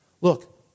Look